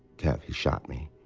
kev, he shot me.